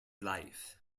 life